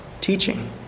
teaching